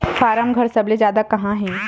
form घर सबले जादा कहां हे